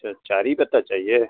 اچھا چار ہی پتا چاہیے